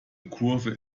kurve